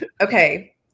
Okay